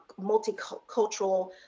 multicultural